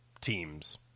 teams